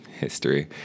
history